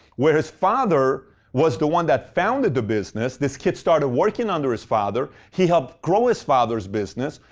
where his father was the one that founded the business, this kid started working under his father. he helped grow his father's business.